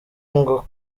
ngo